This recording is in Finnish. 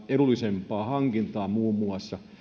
edullisempaa hankintaa